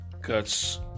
Cuts